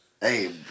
Hey